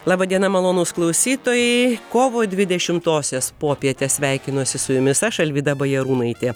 laba diena malonūs klausytojai kovo dvidešimtosios popietę sveikinuosi su jumis aš alvyda bajarūnaitė